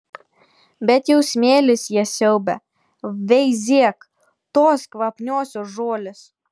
bet jau smėlis jas siaubia veizėk tos kvapniosios žolės